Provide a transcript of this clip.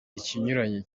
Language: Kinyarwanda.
ikinyuranyo